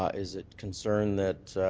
ah is it a concern that